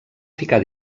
ficar